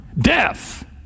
Death